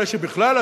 אלא שבכלל,